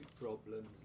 problems